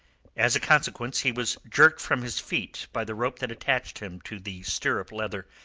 as a consequence he was jerked from his feet by the rope that attached him to the stirrup leather,